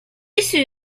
issu